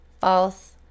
false